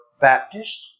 Baptist